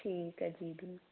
ਠੀਕ ਹ ਜੀ